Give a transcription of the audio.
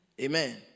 Amen